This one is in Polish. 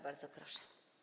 Bardzo proszę.